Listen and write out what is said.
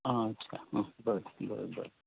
आं अच्छा आं बरें बरें बरें